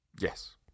Yes